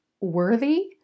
worthy